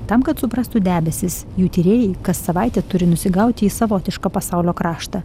tam kad suprastų debesis jų tyrėjai kas savaitę turi nusigauti į savotišką pasaulio kraštą